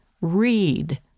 Read